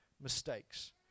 mistakes